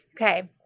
Okay